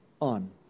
on